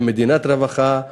כמדינת רווחה,